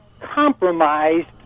Compromised